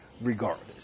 regardless